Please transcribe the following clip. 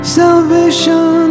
salvation